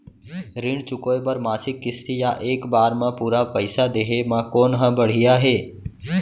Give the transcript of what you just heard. ऋण चुकोय बर मासिक किस्ती या एक बार म पूरा पइसा देहे म कोन ह बढ़िया हे?